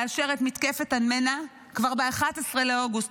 לאשר את מתקפת המנע כבר ב-11 באוקטובר,